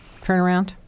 turnaround